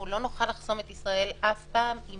שלא נוכל לחסום את ישראל אף פעם אם